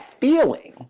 feeling